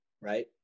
Right